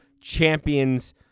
champions